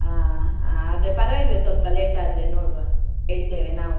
ಆಂ ಹಾಂ ಅದು ಪರವಾಗಿಲ್ಲ ಸ್ವಲ್ಪ ಲೇಟಾದರೆ ನೋಡುವ ಹೇಳ್ತೇವೆ ನಾವು